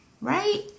right